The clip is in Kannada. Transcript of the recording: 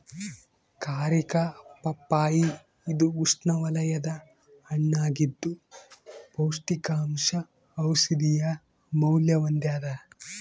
ಕಾರಿಕಾ ಪಪ್ಪಾಯಿ ಇದು ಉಷ್ಣವಲಯದ ಹಣ್ಣಾಗಿದ್ದು ಪೌಷ್ಟಿಕಾಂಶ ಔಷಧೀಯ ಮೌಲ್ಯ ಹೊಂದ್ಯಾದ